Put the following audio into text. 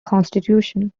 constitution